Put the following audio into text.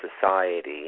society